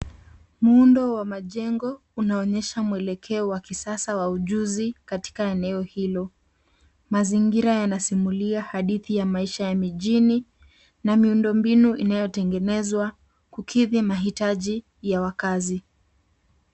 Muundo wa majengo unaoneyesha mwelekeo wa kisasa wa ujuzi katika eneo hilo. Mazingira yanasimulia hadithi ya maisha ya mijini na miundo mbinu inayotengenezwa kukidhi mahitaji ya wakaazi.